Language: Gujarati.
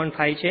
5 છે